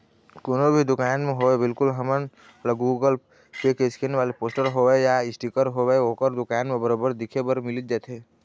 कोनो भी दुकान म होवय बिल्कुल हमन ल गुगल पे के स्केन वाले पोस्टर होवय या इसटिकर होवय ओखर दुकान म बरोबर देखे बर मिलिच जाथे